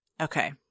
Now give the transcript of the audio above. Okay